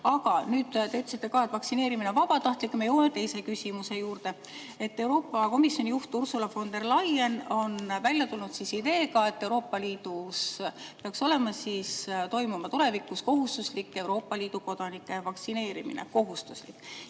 Te ütlesite, et vaktsineerimine on vabatahtlik, ja siit me jõuame teise küsimuse juurde. Euroopa Komisjoni juht Ursula von der Leyen on välja tulnud ideega, et Euroopa Liidus peaks tulevikus toimuma kohustuslik Euroopa Liidu kodanike vaktsineerimine. Kohustuslik!